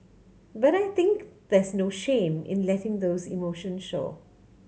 but I think there's no shame in letting those emotions show